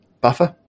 buffer